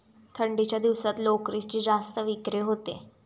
थंडीच्या दिवसात लोकरीची जास्त विक्री होते